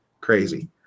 Crazy